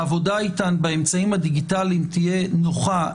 העבודה איתן באמצעים הדיגיטליים תהיה נוחה,